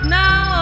now